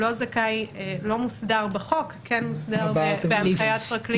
לא מוסדר בחוק, כן מוסדר בהנחיית פרקליט.